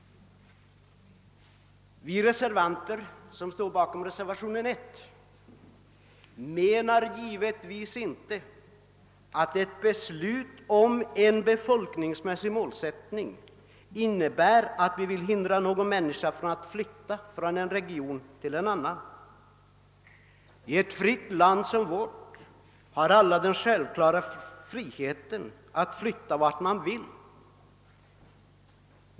Vi reservanter, som står bakom reservationen 1, menar givetvis inte, att ett beslut om en befolkningsmässig målsättning innebär, att någon människa skall hindras att flytta från en region till en annan. I ett fritt land som vårt har alla den självklara rätten att flytta vart man vill.